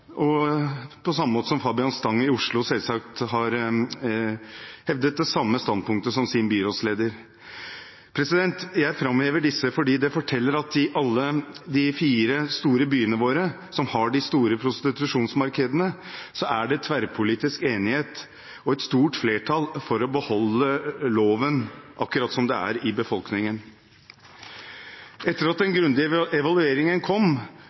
på samme måte som Fabian Stang i Oslo selvsagt har hevdet det samme standpunktet som sin byrådsleder. Jeg framhever disse fordi det forteller at i alle de fire store byene våre, som har de store prostitusjonsmarkedene, er det tverrpolitisk enighet og et stort flertall for å beholde loven, akkurat som det er i befolkningen. Etter at den grundige evalueringen kom,